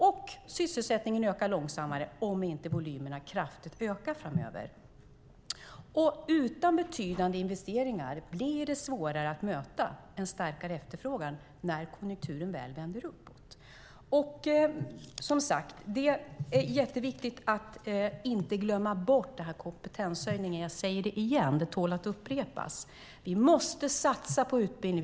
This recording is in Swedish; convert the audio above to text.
Och sysselsättningen ökar långsammare om inte volymerna ökar kraftigt framöver. Utan betydande investeringar blir det svårare att möta en starkare efterfrågan när konjunkturen väl vänder uppåt. Det är som sagt jätteviktigt att inte glömma bort den här kompetenshöjningen. Jag säger det igen. Det tål att upprepas. Vi måste satsa på utbildning.